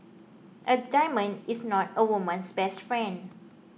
a diamond is not a woman's best friend